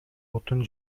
отун